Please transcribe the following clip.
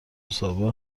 مصاحبه